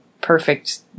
perfect